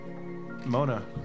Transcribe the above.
Mona